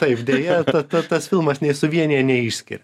taip deja ta tas filmas nei suvienija nei išskiria